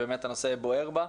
ובאמת הנושא בוער בה,